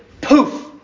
poof